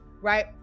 right